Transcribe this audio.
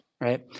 right